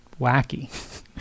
wacky